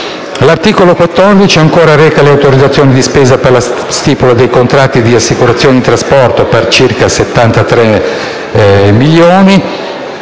L'articolo 14 reca autorizzazioni di spesa per la stipula dei contratti di assicurazione e di trasporto per circa 73 milioni